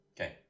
Okay